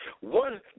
One